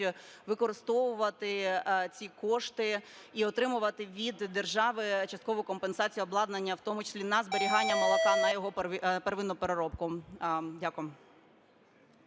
використовувати ці кошти і отримувати від держави часткову компенсацію обладнання, в тому числі на зберігання молока, на його первинну переробку. Дякую.